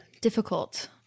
difficult